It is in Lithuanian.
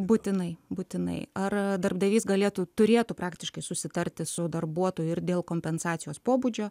būtinai būtinai ar darbdavys galėtų turėtų praktiškai susitarti su darbuotoju ir dėl kompensacijos pobūdžio